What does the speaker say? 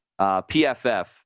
PFF